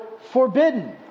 forbidden